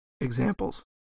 examples